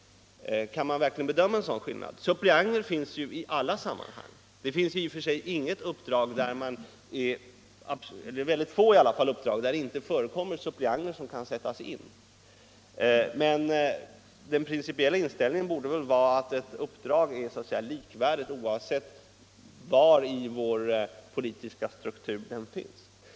Kan en sådan åtskillnad verkligen göras? Suppleanter finns ju i alla sammanhang. Det finns mycket få uppdrag där det inte förekommer suppleanter som kan sättas in vid behov. Men den principiella inställningen borde väl vara att uppdrag är likvärdiga oavsett i vilken del av vår politiska struktur som de ingår.